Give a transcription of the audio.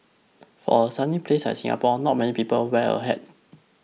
for a sunny place like Singapore not many people wear a hat